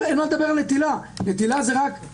אני חושב שהדברים של פרופ' דותן הם היו רק רמז